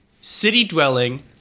city-dwelling